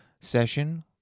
session